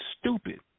stupid